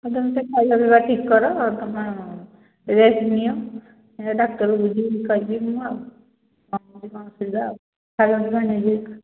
ହଁ ତୁମେ ସେ ଖାଇବା ପିଇବା ଠିକ୍ କର ତୁମେ ରେଷ୍ଟ ନିଅ ଡାକ୍ତର ବୁଝିକି କହିବି ମୁଁ ଆଉ କି କ'ଣ ଅସୁବିଧା ଖାଇବା ପିଇବା ନେଇକି